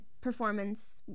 performance